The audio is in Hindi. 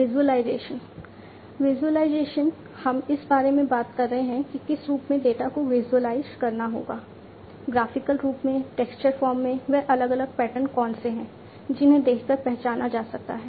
विज़ुअलाइज़ेशन विज़ुअलाइज़ेशन हम इस बारे में बात कर रहे हैं कि किस रूप में डेटा को विज़ुअलाइज़ करना होगा ग्राफिकल रूप में टेक्स्ट फॉर्म में वे अलग अलग पैटर्न कौन से हैं जिन्हें देखकर पहचाना जा सकता है